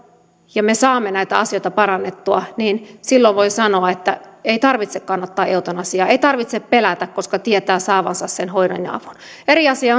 ja me saamme näitä asioita parannettua niin silloin voi sanoa että ei tarvitse kannattaa eutanasiaa ei tarvitse pelätä koska tietää saavansa sen hoivan ja avun eri asia